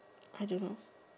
I don't know